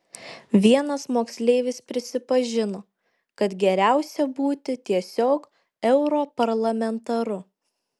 vienas moksleivis prisipažino kad geriausia būti tiesiog europarlamentaru